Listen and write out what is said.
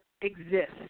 exist